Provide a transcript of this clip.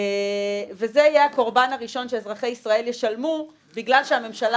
וזה יהיה הקורבן הראשון שאזרחי ישראל ישלמו בגלל שהממשלה